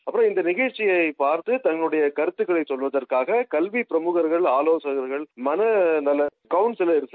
அப்பறம் இந்த நிகழ்ச்சியைப் பார்த்து தங்களுடைய கருத்துக்களை சொல்வுதற்காக கல்வி பிரமுகர்கள் ஆலோசகர்கள் மனநல கவுள்சவர்கள்